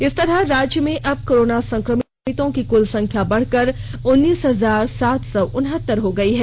इस तरह राज्य में अब कोरोना संक्रमितों की कुल संख्या बढ़कर उन्नीस हजार सात सौ उनहतर हो गई है